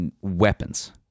weapons